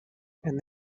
and